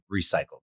recycled